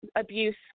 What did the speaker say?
abuse